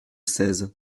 seize